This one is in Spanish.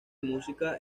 música